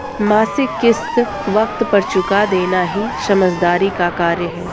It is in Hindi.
मासिक किश्त वक़्त पर चूका देना ही समझदारी का कार्य है